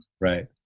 Right